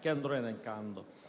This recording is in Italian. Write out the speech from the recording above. che andrò elencando.